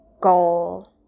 goal